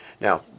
Now